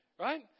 right